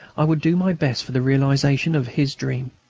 i would do my best for the realisation of his dream.